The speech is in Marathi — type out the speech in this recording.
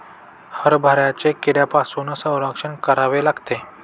हरभऱ्याचे कीड्यांपासून संरक्षण करावे लागते